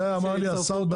את זה אמר לי השר בעצמו.